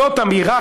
זאת אמירה,